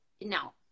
No